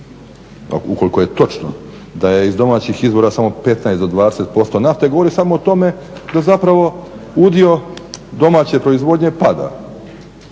ukoliko je točno, da je iz domaćih izvora samo 15 do 20% nafte govori samo o tome da zapravo udio domaće proizvodnje pada